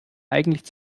eigentlich